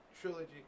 trilogy